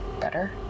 better